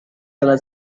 dengan